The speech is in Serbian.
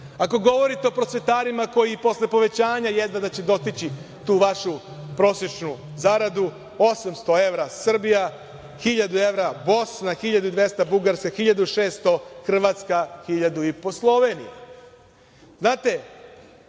govorite o prosvetarima koji i posle povećanja jedva da će dostići tu vašu prosečnu zaradu, 800 evra Srbija, 1.000 evra Bosna, 1.200 evra Bugarska, 1.600 Hrvatska, 1.500 Slovenija. Ne